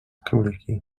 króliki